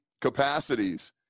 capacities